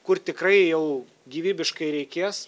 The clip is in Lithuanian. kur tikrai jau gyvybiškai reikės